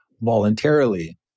voluntarily